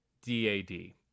D-A-D